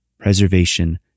preservation